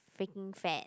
freaking fat